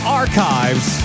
archives